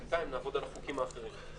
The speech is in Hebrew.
בינתיים נעבוד על החוקים האחרים.